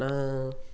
நான்